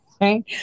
right